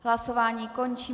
Hlasování končím.